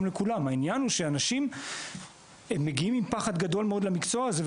העניין הוא שאנשים מגיעים עם פחד גדול מאוד למקצוע הזה,